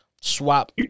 swap